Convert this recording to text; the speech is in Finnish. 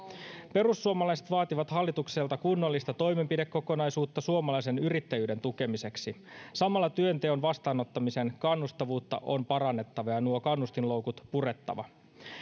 perussuomalaiset vaativat hallitukselta kunnollista toimenpidekokonaisuutta suomalaisen yrittäjyyden tukemiseksi samalla työnteon vastaanottamisen kannustavuutta on parannettava ja nuo kannustinloukut purettava